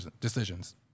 decisions